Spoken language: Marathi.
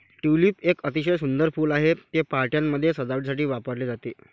ट्यूलिप एक अतिशय सुंदर फूल आहे, ते पार्ट्यांमध्ये सजावटीसाठी वापरले जाते